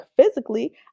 physically